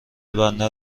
بندر